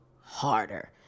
harder